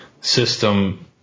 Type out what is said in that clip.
system